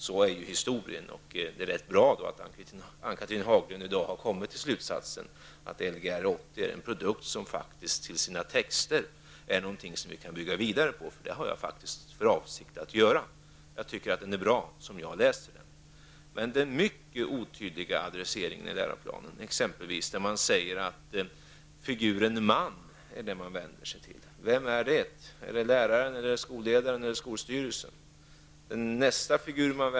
Så är historien. Det är bra att Ann-Cathrine Haglund i dag har kommit till slutsatsen att Lgr 80 är en produkt som faktiskt till sina texter är någonting som vi kan bygga vidare på, det har jag för avsikt att göra också. Jag tycker att den är bra som jag läser den. Men det är mycket otydliga adresseringar i läroplanen. Exempelvis vänder man sig till figuren ''man''. Vem är det? Är det läraren, skolledningen eller skolstyrelsen?